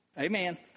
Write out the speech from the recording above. Amen